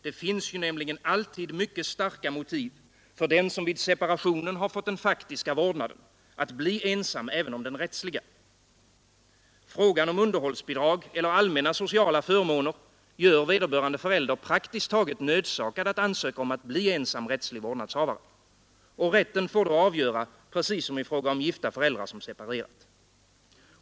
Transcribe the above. Det finns nämligen alltid mycket starka motiv för den som vid separationen har fått den faktiska vårdnaden att bli ensam även om den rättsliga. Frågan om underhållsbidrag eller allmänna sociala förmåner gör vederbörande förälder praktiskt taget nödsakad att ansöka om att bli ensam rättslig vårdnadshavare. Rätten får då avgöra precis som i fråga om gifta föräldrar som separerat.